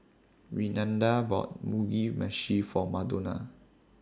Renada bought Mugi Meshi For Madonna